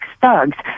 thugs